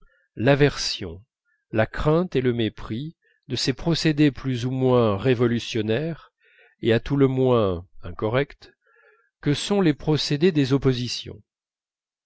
l'aversion la crainte et le mépris de ces procédés plus ou moins révolutionnaires et à tout le moins incorrects que sont les procédés des oppositions